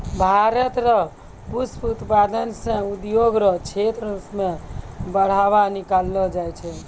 भारत रो पुष्प उत्पादन से उद्योग रो क्षेत्र मे बढ़ावा मिललो छै